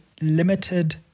limited